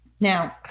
Now